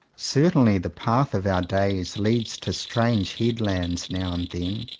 certainly the path of our days leads to strange headlands now and then,